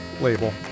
label